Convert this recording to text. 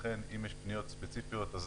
ולכן אם יש פניות ספציפיות ודברים שתקועים